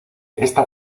esta